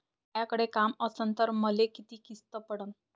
मायाकडे काम असन तर मले किती किस्त पडन?